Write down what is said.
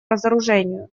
разоружению